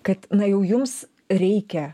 kad na jau jums reikia